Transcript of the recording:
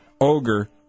Ogre